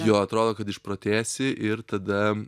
jo atrodo kad išprotėsi ir tada